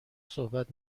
صحبت